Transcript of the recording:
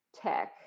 tech